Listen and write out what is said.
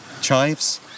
chives